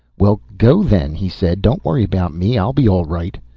well, go then, he said. don't worry about me. i'll be all right.